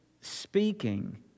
speaking